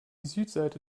südseite